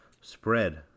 Spread